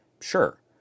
sure